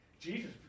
Jesus